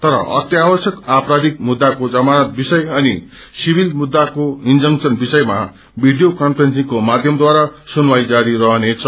तर अत्यावश्यक आपराधिक मुद्दाको जमानत विषय अनि सिथिल मुद्दाको इन्जंकशन विषयमा भीडियो कन्फ्रेसिंगको माध्यमद्वारा सुनवाई जारी रहनेछ